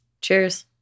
Cheers